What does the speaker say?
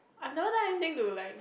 I never that I think to like